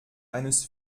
eines